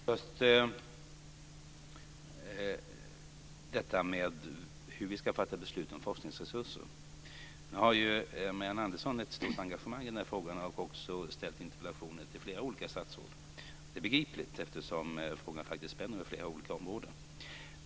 Fru talman! Först vill jag ta upp detta med hur vi ska fatta beslut om forskningsresurser. Nu har ju Marianne Andersson ett stort engagemang i den här frågan och har också ställt interpellationer till flera olika statsråd. Det är begripligt, eftersom frågan faktiskt spänner över flera olika områden.